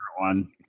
one